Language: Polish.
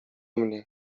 mnie